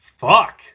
fuck